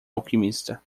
alquimista